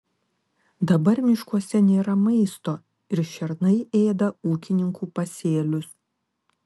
dabar miškuose nėra maisto ir šernai ėda ūkininkų pasėlius